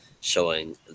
showing